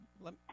Let